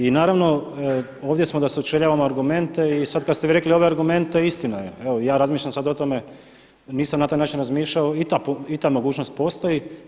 I naravno, ovdje smo da sučeljavamo argumente i sad kad ste vi rekli ove argumente istina je, evo ja razmišljam sad o tome, nisam na taj način razmišljao, i ta mogućnost postoji.